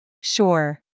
Sure